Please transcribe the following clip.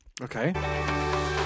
Okay